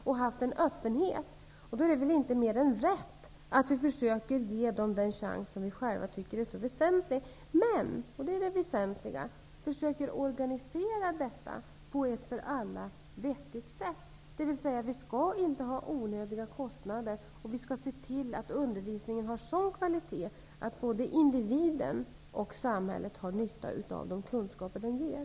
Då är det väl inte mer än rätt att vi försöker ge dem den chans att få något som vi själva tycker är så väsentligt och -- det är viktigt -- försöker organisera detta på ett för alla vettigt sätt, dvs. vi skall göra det utan onödiga kostnader och vi skall se till att undervisningen har sådan kvalitet att både individen och samhället har nytta av de kunskaper den ger.